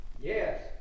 Yes